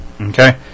Okay